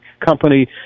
company